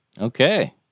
Okay